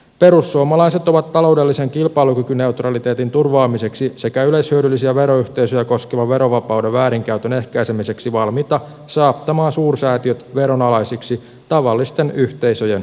perussuomalaiset ovat taloudellisen kilpailukykyneutraliteetin turvaamiseksi sekä yleishyödyllisiä veroyhteisöjä koskevan verovapauden väärinkäytön ehkäisemiseksi valmiita saattamaan suursäätiöt veronalaisiksi tavallisten yhteisöjen mukaisesti